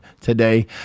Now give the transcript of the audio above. today